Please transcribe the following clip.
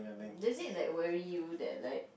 does it like worry you that like